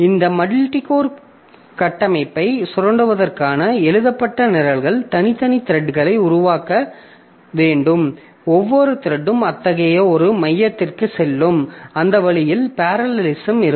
இந்த மல்டிகோர் கட்டமைப்பை சுரண்டுவதற்காக எழுதப்பட்ட நிரல்கள் தனித்தனி த்ரெட்களை உருவாக்க வேண்டும் ஒவ்வொரு த்ரெட்டும் அத்தகைய ஒரு மையத்திற்குச் செல்லும் அந்த வழியில் பேரலலிசம் இருக்கும்